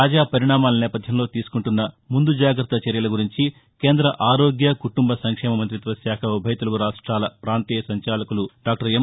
తాజా పరిణామాల నేపథ్యంలో తీసుకుంటున్న ముందు జాగ్రత్త చర్యల గురించి కేంద్ర ఆరోగ్య కుటుంబ సంక్షేమ మంత్రిత్వ శాఖ ఉభయ తెలుగు రాష్ట్రాల ప్రాంతీయ సంచాలకులు డాక్టర్ ఎం